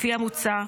לפי המוצע,